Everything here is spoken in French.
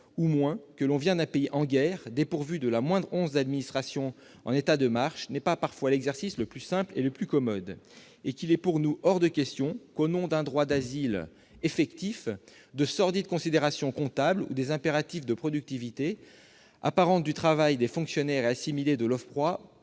ou moins, et que l'on vient d'un pays en guerre dépourvu de la moindre once d'administration en état de marche, n'est pas forcément l'exercice le plus simple et le plus commode. Il est pour nous hors de question que, au nom d'un droit d'asile effectif, de sordides considérations comptables ou des impératifs de productivité apparente du travail des fonctionnaires et assimilés de l'OFPRA prennent